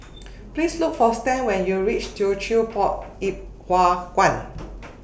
Please Look For Stan when YOU REACH Teochew Poit Ip Huay Kuan